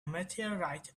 meteorite